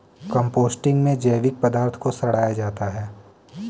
composting में जैविक पदार्थ को सड़ाया जाता है